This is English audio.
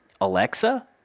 Alexa